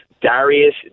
Darius